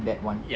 that [one]